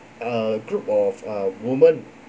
a group of uh women